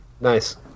Nice